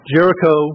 Jericho